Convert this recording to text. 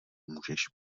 můžeš